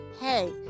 Hey